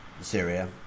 Syria